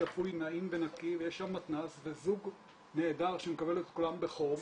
שפוי נעים ונקי ויש שם מתנ"ס וזוג נהדר שמקבל את כולם בחום,